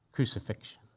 crucifixion